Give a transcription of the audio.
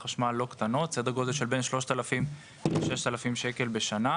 חשמל: סדר גודל של בין 3000 ל-6000 שקל בשנה.